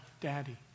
Daddy